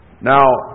Now